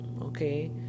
Okay